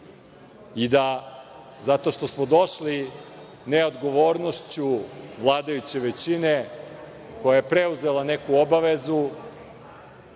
I, zato što smo došli neodgovornošću vladajuće većine koja je preuzela neku obavezu,